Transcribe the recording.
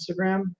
instagram